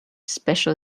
special